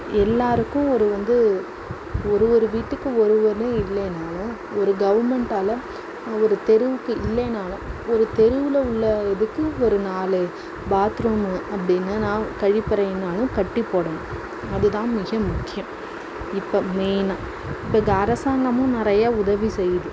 எல்லாருக்கும் ஒரு வந்து ஒரு ஒரு வீட்டுக்கு ஒரு ஒன்று இல்லையின்னா ஒரு கவுர்மெண்ட்டால் ஒரு தெருவுக்கு இல்லைன்னாலும் ஒரு தெருவில் உள்ள இதுக்கு ஒரு நாலு பாத்ரூம் அப்படின்னாலும் கழிப்பறைன்னாலும் கட்டிப்போடணும் அது தான் மிக முக்கியம் இப்போ மெயின்னா இப்போ அரசாங்கமும் நிறைய உதவி செய்யுது